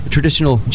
Traditional